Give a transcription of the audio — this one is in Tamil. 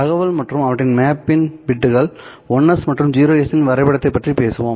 தகவல் மற்றும் அவற்றின் மேப்பிங் பிட்கள் 1's மற்றும் 0's இன் வரைபடத்தைப் பற்றி பேசுவோம்